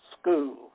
school